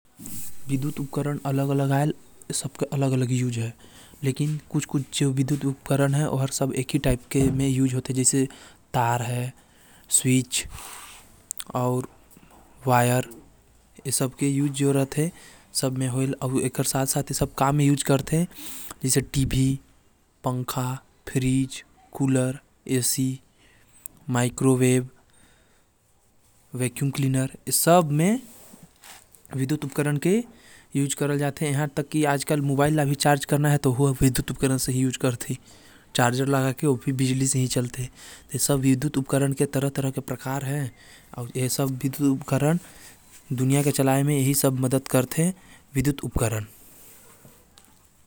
विधुत उपकरण कई प्रकार के होथे जैसे मिक्सी, प्रेस कपड़ा धोये कर मशीन, फ्रिज, कूलर पंखा, हीटर अउ कई उपकरण सब कर काम करथे उमन स्विच, तार, pin, two pin, three pin होथे।